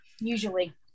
Usually